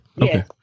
Okay